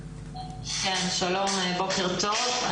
בוקר טוב,